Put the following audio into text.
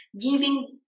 giving